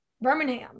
Birmingham